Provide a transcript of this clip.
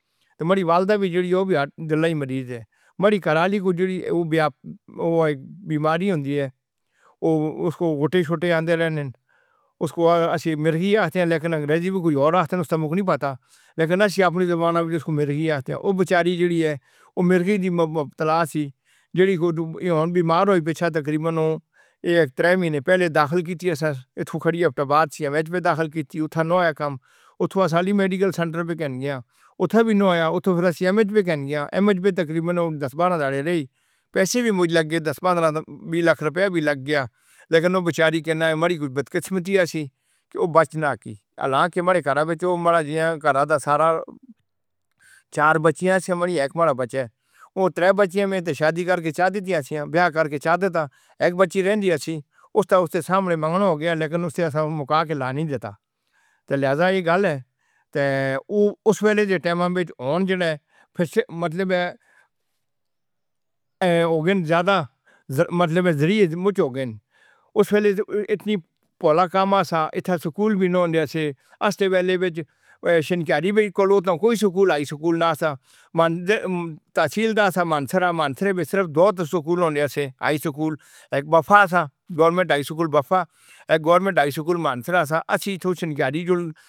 تے ماڑی والدہ بھی جیڑی اووی ہارٹ، دل دی مریض اے ۔ ماڑی گھر آلی جیڑی او وی بیماری ہوندی اے اسکو وٹے شٹے آندے رہ نین۔ اسکو اسسی مدگی آخدے آں لیکن انگریزی وچ کوئی آخدے ہن او مے کی نی پتہ، لیکن اسسی اپنی زبان وچ مرگی آخدے آں۔ او بیچاری جیڑی اے، مرگی دے مبتلا سی جیڑی ہن کوئی بیمار ہوئی پیچھیں یہ ہک ترے مہینے پہلے داخل کیتی اسساں، اوتھوں کھڑی آ اپٹاآباد سی ایم ایچ وچ داخل کیتی، اوتھے نہ ہویا کم، اتھوں اسساں علی میڈیکل تے ہننی گیاں۔ اوتھوں وی نا ہویا تے اتھوں فیر ایم ایچ وچ ہننی گیا، ایم ایچ وچ او کوئی دس بارہ تھیڑے رئی۔ پیسے وی مج لگ گئے، دس، پندرہ، بی لکھ روپیاہ وی لگ گیا، لیکن او بچاری کہنا اے، ماڑی کوئی بد قسمتی آ سی کہ او بچ نا کی۔ حالاں کے او ماڑے گھراں وچوں، ماڑا جیڑا گھراں دا سارا چار بچیاں سی مھاڑی ہک ماڑا بچہ اے، او ترے بچیاں میں تے شادی کر کے چا دتیاں سی آں، بیاہ کر کے چا دیتا۔ ہیک بچی رہندی آسی، استا اس دے سامنے لا نی دتتا، لہذا اے گل اے، تے! او اس ویلے دے ٹیماں وچ ہن جیڑا اے، پھر سے، مطلب اے ھوگئے ہن زیادہ مطلب اے زریعے مچ ہو گئے ہن۔ اس ویلے اتنا پھولا کم وا سا، اتھے سکول وی نا ہوندیا سے، اس تے ویلے بیجنے، شنکاری وچ کوئی سکول نہ سا۔ تحصیل دا سا، مانسیرہ، مان سیرے وچ صرف دو سکول ہوندیا سے، ہائی سکول۔ ہیک بفا سا ہک government high school buffer, hack government high school مانسیرہ سا۔ اسسی